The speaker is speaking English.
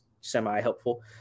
semi-helpful